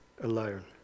alone